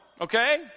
Okay